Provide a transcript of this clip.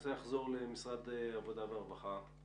מכל המשרדים הממשלתיים אתם המשרד שהאחריות נעצרת אצלו.